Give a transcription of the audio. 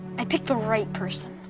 i picked the right person.